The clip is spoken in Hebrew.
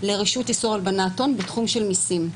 לרשות איסור הלבנת הון בתחום המסים.